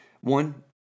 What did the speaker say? One